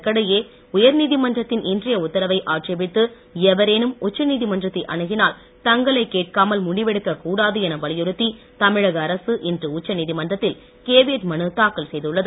இதற்கிடையே உயர்நீதிமன்றத்தின் இன்றைய உத்தரவை ஆட்சேபித்து எவரேனும் உச்சநீதிமன்றத்தை அணுகினால் தங்களை கேட்காமல் முடிவெடுக்க கூடாது என வலியுறுத்தி தமிழக அரசு இன்று உச்சநீதிமன்றத்தில் கேவியட் மனு தாக்கல் செய்துள்ளது